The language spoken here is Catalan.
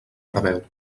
preveu